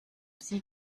sie